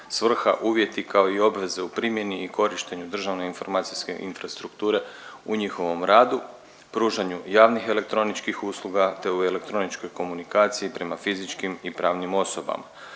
svrha, uvjeti kao i obveze u primjeni i korištenju državne informacijske infrastrukture u njihovom radu, pružanju javnih elektroničkih usluga te u elektroničkoj komunikaciji prema fizičkim i pravnim osobama.